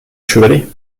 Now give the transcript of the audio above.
chevalet